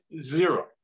zero